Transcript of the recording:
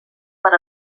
per